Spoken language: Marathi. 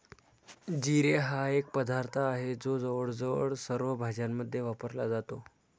जिरे हा एक पदार्थ आहे जो जवळजवळ सर्व भाज्यांमध्ये वापरला जातो